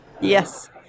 Yes